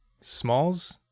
Smalls